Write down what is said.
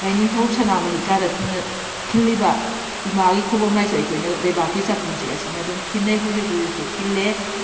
ꯂꯥꯏꯅꯤꯡꯊꯧ ꯁꯅꯥꯃꯍꯤ ꯀꯥꯗ ꯈꯤꯜꯂꯤꯕ ꯏꯃꯥꯒꯤ ꯈꯨꯕꯝ ꯂꯥꯏꯁꯨ ꯑꯩꯈꯣꯏꯅ ꯂꯩꯕꯥꯛꯀꯤ ꯆꯥꯐꯨꯁꯦ ꯑꯁꯤꯅ ꯑꯗꯨꯝ ꯈꯤꯟꯅꯩ ꯍꯧꯖꯤꯛ ꯍꯧꯖꯤꯛꯁꯨ ꯈꯤꯜꯂꯦ